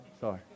Sorry